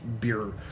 beer